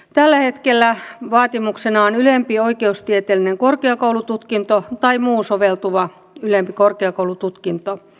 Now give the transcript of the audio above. tällä hetkellä vaatimuksena on ylempi oikeustieteellinen korkeakoulututkinto tai muu soveltuva ylempi korkeakoulututkinto